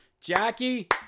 Jackie